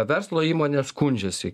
verslo įmonės skundžiasi